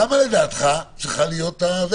כמה לדעתך צריך להיות הסכום?